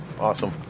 awesome